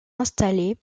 installés